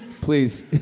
Please